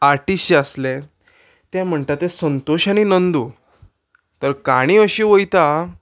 artist जे आसले ते म्हणटा ते संतोश आनी नंदू तर काणी अशी वयता